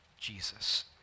Jesus